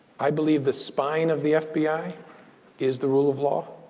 i believe the spine of the fbi is the rule of law.